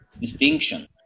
distinction